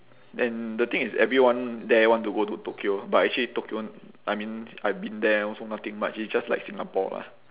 and the thing is everyone there want to go to tokyo but actually tokyo I mean I been there also nothing much it's just like singapore ah